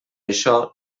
això